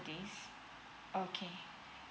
this okay